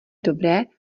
dobré